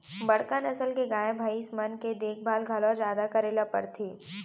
बड़का नसल के गाय, भईंस मन के देखभाल घलौ जादा करे ल परथे